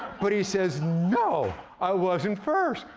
but he says no, i wasn't first.